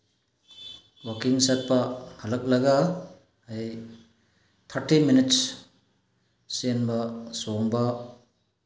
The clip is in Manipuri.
ꯋꯥꯛꯀꯤꯡ ꯆꯠꯄ ꯍꯟꯂꯛꯂꯒ ꯑꯩ ꯊꯥꯔꯇꯤ ꯃꯤꯅꯤꯠꯁ ꯆꯦꯟꯕ ꯆꯣꯡꯕ